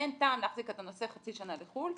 אין טעם להחזיק את הנושא חצי שנה בחו"ל,